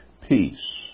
peace